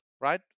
right